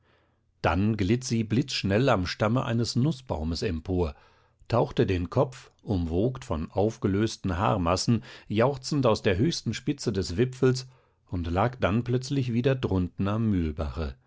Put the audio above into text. dann glitt sie blitzschnell am stamme eines nußbaumes empor tauchte den kopf umwogt von aufgelösten haarmassen jauchzend aus der höchsten spitze des wipfels und lag dann plötzlich wieder drunten am mühlbache